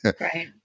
Right